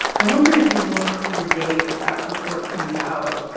i wonder if you look for the day that that report comes out.